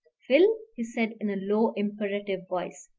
phil, he said, in a low, imperative voice,